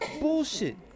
bullshit